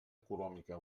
econòmica